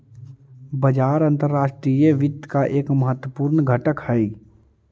बाजार अंतर्राष्ट्रीय वित्त का एक महत्वपूर्ण घटक हई